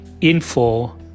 info